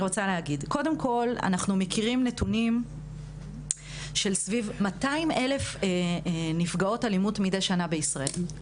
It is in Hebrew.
אנחנו מכירים נתונים סביב 200,000 נפגעות אלימות מידי שנה בישראל,